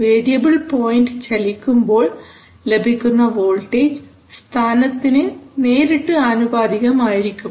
variable point ചലിക്കുമ്പോൾ ലഭിക്കുന്ന voltage സ്ഥാനത്തിന് നേരിട്ട് ആനുപാതികമായിരിക്കും